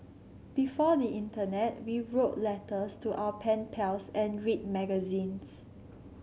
before the internet we wrote letters to our pen pals and read magazines